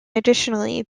additionally